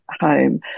home